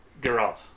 Geralt